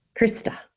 Krista